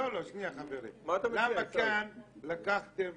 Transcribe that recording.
למה כאן לקחתם